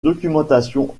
documentation